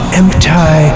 empty